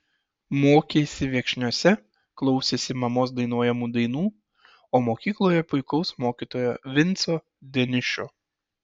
mokėsi viekšniuose klausėsi mamos dainuojamų dainų o mokykloje puikaus mokytojo vinco deniušio